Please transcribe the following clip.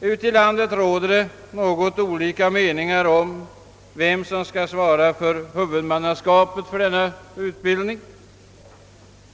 Ute i landet råder det något olika meningar om vem som skall svara för huvudmannaskapet för denna utbildning.